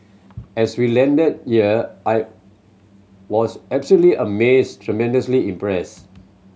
as we landed here I was absolutely amazed tremendously impressed